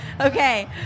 Okay